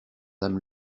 âmes